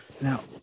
Now